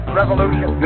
revolution